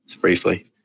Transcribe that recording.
Briefly